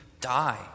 die